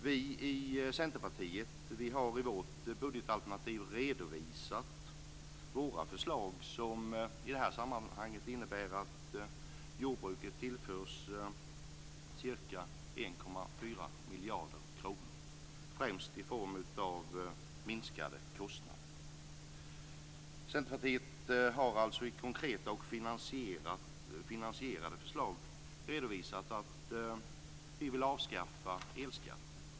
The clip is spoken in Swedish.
Vi i Centerpartiet har i vårt budgetalternativ redovisat våra förslag som i det här sammanhanget innebär att jordbruket tillförs ca 1,4 miljarder kronor främst i form av minskade kostnader. Vi i Centerpartiet har alltså i konkreta och finansierade förslag redovisat att vi vill avskaffa elskatten.